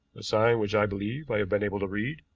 a sign which i believe i have been able to read.